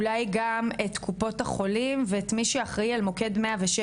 אולי גם את קופות החולים ואת מי שאחראי על מוקד 106,